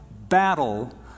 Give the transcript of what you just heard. battle